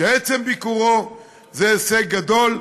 שעצם ביקורו זה הישג גדול,